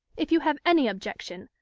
if you have any objection,